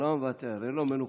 הוא לא מוותר אין לו מנוחה.